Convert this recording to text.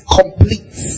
complete